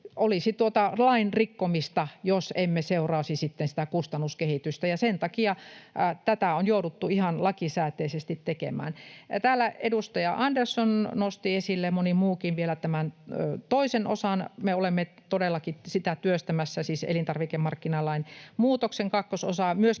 olisi lain rikkomista, jos emme seurasi sitä kustannuskehitystä, ja sen takia tätä on jouduttu ihan lakisääteisesti tekemään. Täällä edustaja Andersson nosti esille, moni muukin, vielä tämän toisen osan. Me olemme todellakin sitä työstämässä, siis elintarvikemarkkinalain muutoksen kakkososaa,